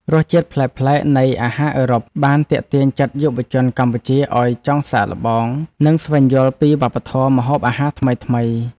រសជាតិប្លែកៗនៃអាហារអឺរ៉ុបបានទាក់ទាញចិត្តយុវជនកម្ពុជាឱ្យចង់សាកល្បង និងស្វែងយល់ពីវប្បធម៌ម្ហូបអាហារថ្មីៗ។